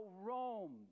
Rome